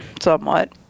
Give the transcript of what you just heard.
Somewhat